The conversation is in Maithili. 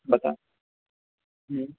बताउ